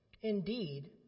Indeed